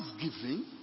thanksgiving